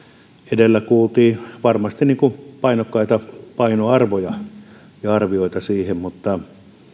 edellä kuultiin varmasti painokkaita painoarvoja ja arvioita mutta